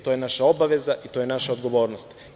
To je naša obaveza i to je naša odgovornost.